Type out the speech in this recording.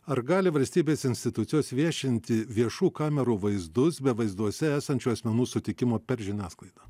ar gali valstybės institucijos viešinti viešų kamerų vaizdus be vaizduose esančių asmenų sutikimo per žiniasklaidą